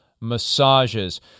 massages